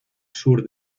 sur